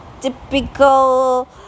typical